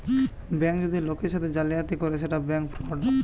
bank যদি লোকের সাথে জালিয়াতি করে সেটা ব্যাঙ্ক ফ্রড